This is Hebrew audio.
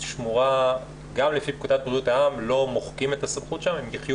שמורה וגם לפי פקודת העם לא מוחקים את הסמכות שם אלא הן יחיו